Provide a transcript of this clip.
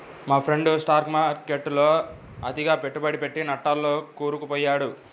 మా friend stock మార్కెట్టులో అతిగా పెట్టుబడి పెట్టి నట్టాల్లో కూరుకుపొయ్యాడు